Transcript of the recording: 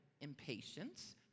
impatience